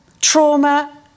trauma